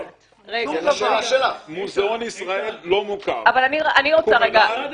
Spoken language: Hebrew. מוזיאון ישראל לא מוכר,